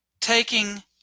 taking